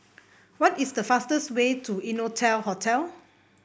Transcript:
what is the fastest way to Innotel Hotel